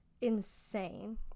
Insane